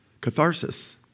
catharsis